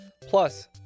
plus